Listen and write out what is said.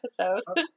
episode